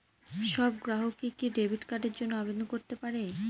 সব গ্রাহকই কি ডেবিট কার্ডের জন্য আবেদন করতে পারে?